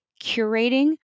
curating